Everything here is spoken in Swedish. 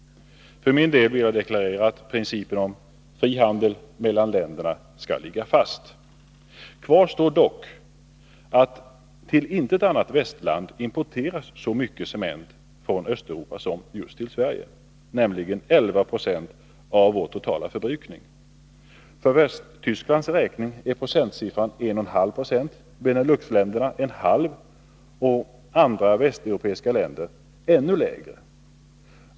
För min del vill jag deklarera att principen om fri handel mellan länderna skall ligga fast. Kvar står dock att till intet annat västland importeras så mycket cement från Östeuropa som just till Sverige, nämligen 11 96 av vår totala förbrukning. För Västtysklands räkning är siffran för importen 1,5 90, för Beneluxländerna 0,5 26 och för andra västeuropeiska länder ännu lägre.